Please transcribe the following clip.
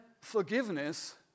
forgiveness